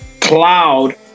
cloud